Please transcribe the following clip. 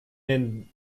den